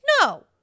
No